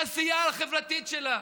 בעשייה החברתית שלה.